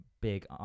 big